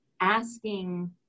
asking